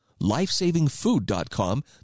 LifesavingFood.com